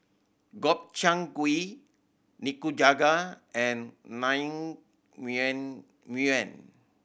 Gobchang Gui Nikujaga and Naengmyeon